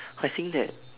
I think that